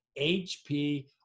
HP